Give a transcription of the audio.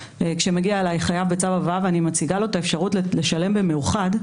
כשמגיע אליי חייב בצו הבאה ואני מציגה לו את האפשרות לשלם במאוחד,